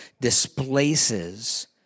displaces